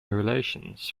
relations